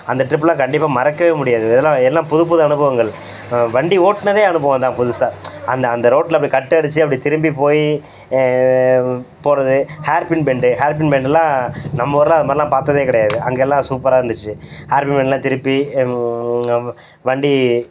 அந்த ட்ரிப்புலாம் கண்டிப்பாக மறக்கவே முடியாது இதுலாம் எல்லாம் புது புது அனுபவங்கள் வண்டி ஓட்டுனதே அனுபவம்தான் பதுசாக அந்த அந்த ரோட்டில் அப்படி கட் அடிச்சு அப்படி திரும்பி போயி போகிறது ஹேர்பின் பெண்டு ஹேர்பின் பெண்டுலாம் நம்ம ஊர்லாம் அது மாதிரிலாம் பார்த்ததே கிடையாது அங்கெல்லாம் சூப்பராக இருந்துச்சு ஹேர்பின் பெண்ட்லாம் திருப்பி அதும் இல்லாமல் வண்டி